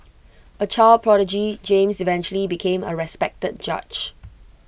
A child prodigy James eventually became A respected judge